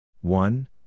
one